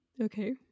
okay